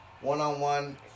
one-on-one